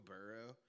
Burrow